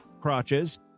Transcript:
crotches